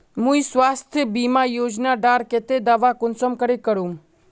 मुई स्वास्थ्य बीमा योजना डार केते दावा कुंसम करे करूम?